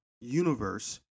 universe